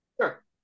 sure